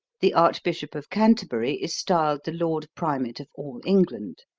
the archbishop of canterbury is styled the lord primate of all england.